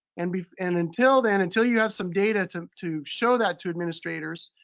and but and until then, until you have some data to to show that to administrators,